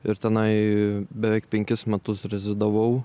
ir tenai beveik penkis metus rezidavau